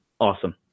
awesome